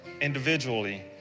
individually